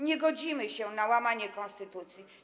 Nie godzimy się na łamanie konstytucji.